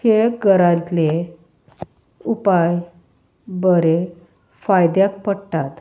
हे घरांतले उपाय बरें फायद्याक पडटात